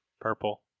Purple